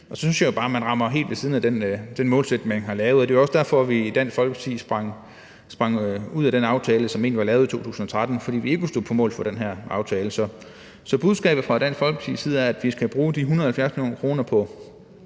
Og så synes jeg jo bare, at man rammer helt ved siden af den målsætning, man havde. Det er jo også derfor, at vi i Dansk Folkeparti sprang ud af den aftale, som blev indgået i 2013, altså fordi vi ikke kunne stå på mål for den her aftale. Så budskabet fra Dansk Folkepartis side er, at vi skal bruge de 170 mio. kr. på